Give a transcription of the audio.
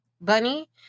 bunny